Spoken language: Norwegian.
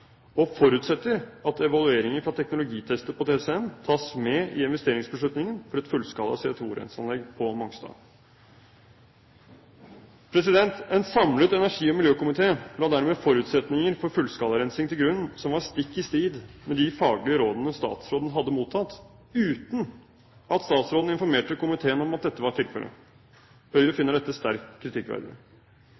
og forutsetter at evalueringer fra teknologitester på TCM tas med i investeringsbeslutningen for et fullskala CO2-renseanlegg på Mongstad.» En samlet energi- og miljøkomité la dermed forutsetninger for fullskalarensing til grunn som var stikk i strid med de faglige rådene statsråden hadde mottatt, uten at statsråden informerte komiteen om at dette var tilfelle. Høyre